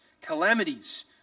calamities